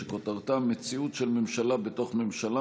שכותרתה: מציאות של ממשלה בתוך ממשלה